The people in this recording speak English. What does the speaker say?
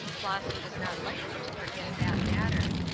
flossy was not likely to forget that matter.